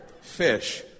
fish